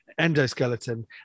endoskeleton